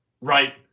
right